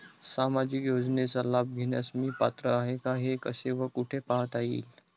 सामाजिक योजनेचा लाभ घेण्यास मी पात्र आहे का हे कसे व कुठे पाहता येईल?